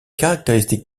caractéristiques